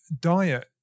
Diet